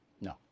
No